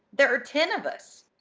there are ten of us!